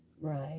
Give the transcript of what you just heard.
Right